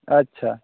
ᱟᱪᱪᱷᱟ